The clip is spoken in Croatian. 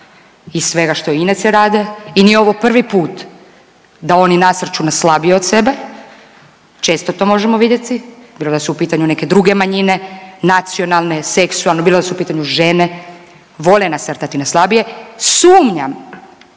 i svega što inače rade i nije ovo prvi put da oni nasrču na slabije od sebe, često to možemo vidjeti, bilo da su u pitanju neke druge manjine, nacionalne, seksualne, bilo da su u pitanju žene, vole nasrtati na slabije, sumnjam